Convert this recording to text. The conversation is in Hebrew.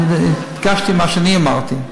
ביקשתי מה שאני אמרתי.